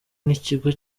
n’ikigo